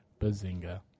Bazinga